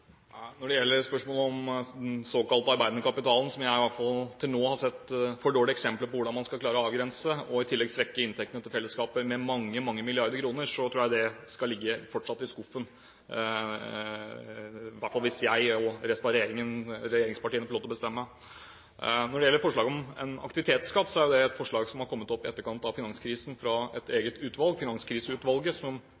Når det gjelder spørsmålet om å fjerne formuesskatten på den såkalte arbeidende kapitalen, som jeg i hvert fall til nå har sett for dårlige eksempler på hvordan man skal klare å avgrense – i tillegg svekker det inntektene til fellesskapet med mange, mange milliarder kroner – så tror jeg det fortsatt skal ligge i skuffen, i hvert fall hvis jeg og regjeringspartiene får lov til å bestemme. Når det gjelder forslaget om en aktivitetsskatt, er jo det et forslag som er kommet opp i etterkant av finanskrisen, fra et